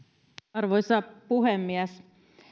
arvoisa puhemies